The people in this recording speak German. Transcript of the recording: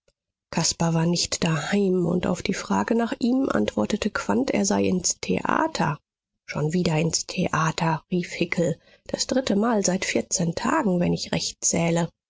caspar war nicht daheim und auf die frage nach ihm antwortete quandt er sei ins theater schon wieder ins theater rief hickel das dritte mal seit vierzehn tagen wenn ich recht zähle